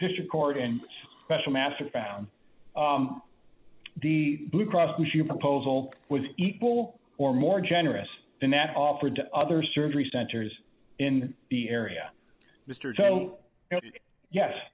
district court and its special master found the blue cross blue shield proposal was equal or more generous than that offered to other surgery centers in the area